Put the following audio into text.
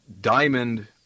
diamond—